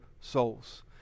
souls